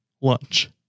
lunch